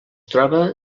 troba